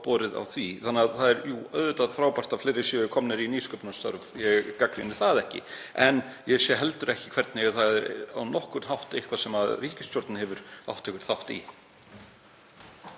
því. Það er auðvitað frábært að fleiri séu komnir í nýsköpunarstörf, ég gagnrýni það ekki. En ég sé heldur ekki hvernig það er á nokkurn hátt eitthvað sem ríkisstjórnin hefur átt þátt í.